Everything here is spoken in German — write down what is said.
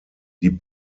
die